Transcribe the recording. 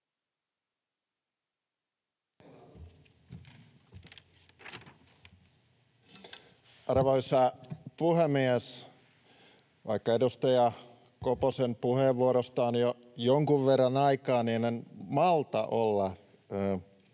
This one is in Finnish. Arvoisa puhemies! Vaikka edustaja Koposen puheenvuorosta on jo jonkun verran aikaa, niin en malta olla